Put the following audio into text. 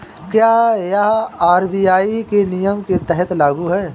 क्या यह आर.बी.आई के नियम के तहत लागू है?